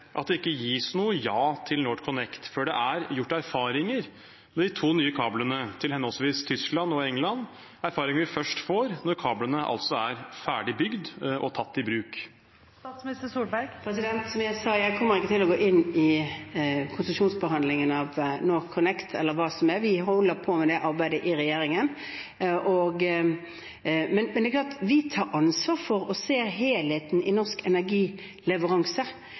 at det ikke gis noe ja til NorthConnect før det er gjort erfaringer med de to nye kablene til henholdsvis Tyskland og England – erfaringer vi først får når kablene altså er ferdig bygd og tatt i bruk? Som jeg sa: Jeg kommer ikke til å gå inn på konsesjonsbehandlingen av NorthConnect eller hva som er i det. Vi holder på med det arbeidet i regjeringen. Men det er klart at vi tar ansvar for å se helheten i norsk energileveranse.